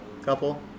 Couple